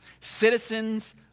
citizens